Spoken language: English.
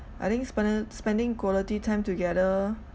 I think spending spending quality time together